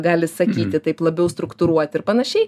gali sakyti taip labiau struktūruoti ir panašiai